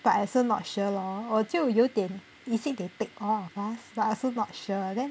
but I also not sure lor 我就有点 is it they take all of us but also not sure then